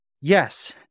Yes